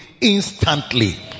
instantly